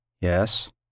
Yes